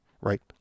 right